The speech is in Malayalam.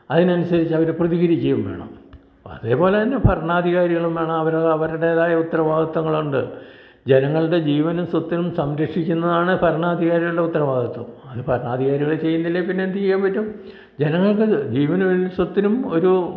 അതിനനുസരിച്ച് അവർ പ്രതികരിക്കുകയും വേണം അതേപോലെ തന്നെ ഭരണാധികാരികളും വേണം അവർ അവരുടേതായ ഉത്തരവാദിത്തങ്ങളുണ്ട് ജനങ്ങളുടെ ജീവനും സ്വത്തിനും സംരക്ഷിക്കുന്നതാണ് ഭരണാധികാരികളുടെ ഉത്തരവാദിത്വം അത് ഭരണാധികാരികൾ ചെയ്യുന്നില്ലെങ്കിൽ പിന്നെ എന്ത് ചെയ്യാൻ പറ്റും ജനങ്ങൾക്ക് ജീവനും സ്വത്തിനും ഒരു